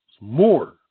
more